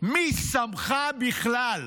מי שמך בכלל?